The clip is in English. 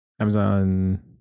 Amazon